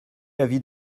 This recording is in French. l’avis